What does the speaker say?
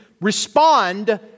respond